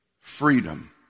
freedom